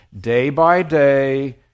day-by-day